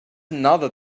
another